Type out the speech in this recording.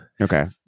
Okay